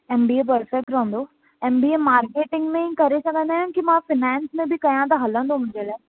M B A perfect रहंदो M B A marketing में ई करे सघंदा आहियूं कि मां फिनांस में बि कयां त हलंदो मुंहिंजे लाइ